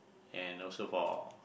and also for